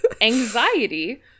Anxiety